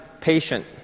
patient